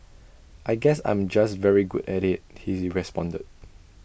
I guess I'm just very good at IT he is responded